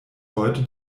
heute